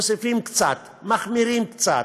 מוסיפים קצת, מחמירים קצת,